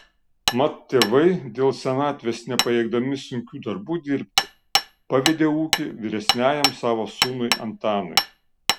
mat tėvai dėl senatvės nepajėgdami sunkių darbų dirbti pavedė ūkį vyresniajam savo sūnui antanui